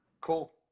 Cool